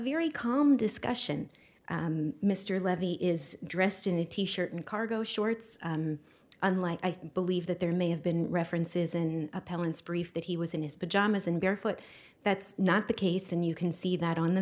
very calm discussion mr levy is dressed in a t shirt and cargo shorts unlike i believe that there may have been references in appellant's brief that he was in his pajamas and barefoot that's not the case and you can see that on the